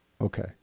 Okay